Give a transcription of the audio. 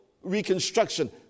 Reconstruction